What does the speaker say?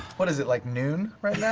what is it, like, noon right yeah